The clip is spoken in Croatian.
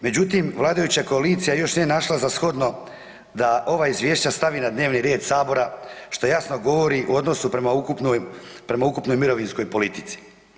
Međutim, vladajuća koalicija još nije našla za shodno da ova izvješća stavi na dnevni red Sabora što jasno govori o odnosu prema ukupnom mirovinskoj politici.